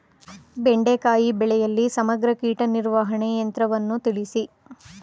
ಬೆಂಡೆಕಾಯಿ ಬೆಳೆಯಲ್ಲಿ ಸಮಗ್ರ ಕೀಟ ನಿರ್ವಹಣೆ ತಂತ್ರವನ್ನು ತಿಳಿಸಿ?